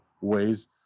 ways